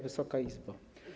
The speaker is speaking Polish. Wysoka Izbo!